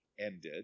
ended